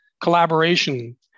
collaboration